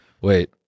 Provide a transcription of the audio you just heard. Wait